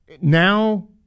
now